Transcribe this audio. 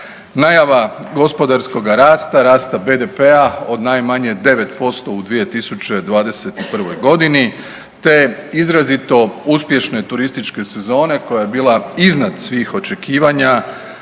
najava gospodarskoga rasta, rasta BDP-a od najmanje 9% u 2021.g. te izrazito uspješne turističke sezone koja je bila iznad svih očekivanja,